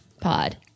pod